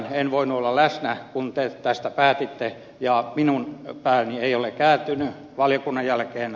en voinut olla läsnä kun te tästä päätitte ja minun pääni ei ole kääntynyt valiokunnan jälkeen